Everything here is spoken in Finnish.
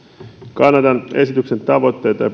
kannatan esityksen tavoitteita